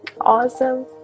Awesome